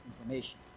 information